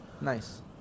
Nice